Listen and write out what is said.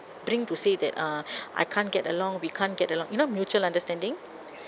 bring to say that uh I can't get along we can't get along you know mutual understanding